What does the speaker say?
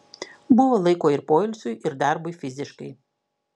buvo laiko ir poilsiui ir darbui fiziškai